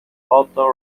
otto